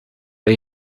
bij